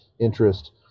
interest